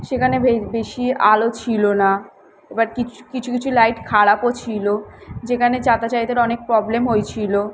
সেখানে বে বেশি আলো ছিলো না এবার কিছ কিছু কিছু লাইট খারাপও ছিল যেখানে যাতাযাইতের অনেক প্রব্লেম হয়েছিলো